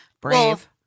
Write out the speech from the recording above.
Brave